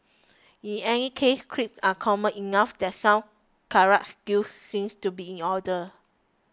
in any case creeps are common enough that some karate skills seems to be in order